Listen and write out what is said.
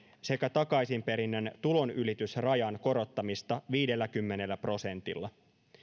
sekä takaisinperinnän tulonylitysrajan korottamista viidelläkymmenellä prosentilla